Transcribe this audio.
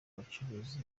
abacuruza